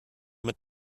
mit